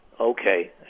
Okay